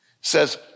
Says